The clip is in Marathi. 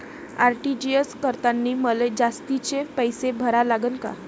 आर.टी.जी.एस करतांनी मले जास्तीचे पैसे भरा लागन का?